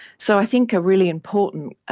so i think a really important